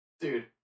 Dude